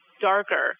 darker